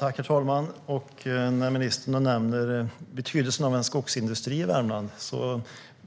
Herr talman! Ministern nämner betydelsen av skogsindustrin i Värmland. Då